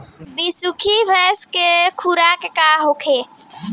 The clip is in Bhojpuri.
बिसुखी भैंस के खुराक का होखे?